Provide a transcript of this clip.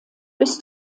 bis